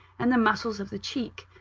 and the muscles of the cheek.